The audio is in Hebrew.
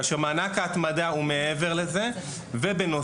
כאשר מענק ההתמדה הוא מעבר לזה ובנוסף,